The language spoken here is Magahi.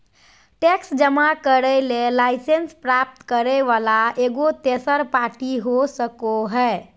टैक्स जमा करे ले लाइसेंस प्राप्त करे वला एगो तेसर पार्टी हो सको हइ